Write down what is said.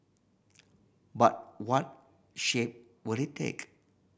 but what shape will it take